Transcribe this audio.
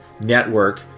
network